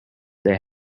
they